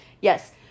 Yes